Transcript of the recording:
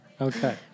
Okay